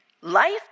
Life